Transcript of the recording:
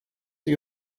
for